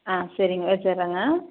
ஆ சரிங்க வச்சிடுறேங்க